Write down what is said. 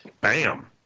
bam